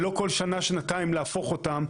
ולא כל שנה שנתיים להפוך אותם.